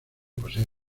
posee